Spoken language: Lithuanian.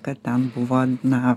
kad ten buvo na